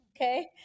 Okay